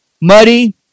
muddy